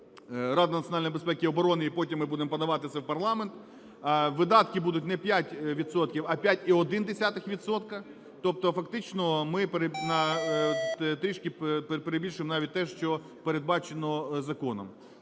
Рада національної безпеки і оброни і потім ми будемо подавати це в парламент. Видатки будуть не 5 відсотків, а 5,1 відсотки, тобто фактично ми трішки перебільшимо навіть те, що передбачено законом.